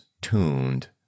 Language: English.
tuned